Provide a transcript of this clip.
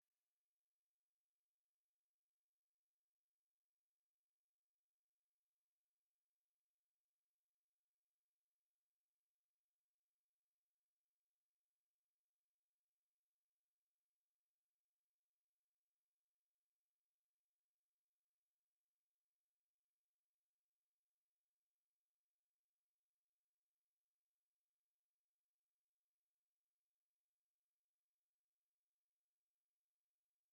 Kwigisha bisaba ubuhanga buhambaye kandi bigatuma umunyeshuri wigishwa ibintu bitandukanye na we afata mu mutwe ibyo yiga. Hari nk'ahantu usanga baba bafite bimwe mu bikoresho abarimu bifashisha mu gihe bari gutegura amasomo yabo maze bakabikoresha nk'imfashanyigisho.